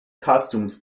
costumes